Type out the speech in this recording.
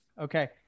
Okay